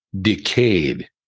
decayed